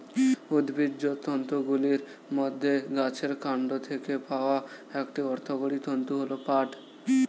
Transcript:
উদ্ভিজ্জ তন্তুগুলির মধ্যে গাছের কান্ড থেকে পাওয়া একটি অর্থকরী তন্তু হল পাট